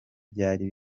byari